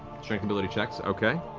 strength ability checks, okay.